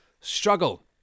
struggle